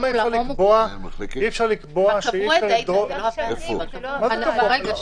אי אפשר לקבוע שאי אפשר לדרוש --- אבל כבר קבעו את זה,